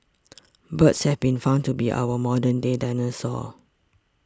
birds have been found to be our modern day dinosaurs